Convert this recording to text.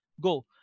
go